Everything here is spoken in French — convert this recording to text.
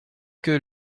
que